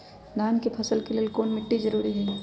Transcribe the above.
धान के फसल के लेल कौन मिट्टी जरूरी है?